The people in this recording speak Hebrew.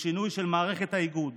משינוי של מערכת האיגוד,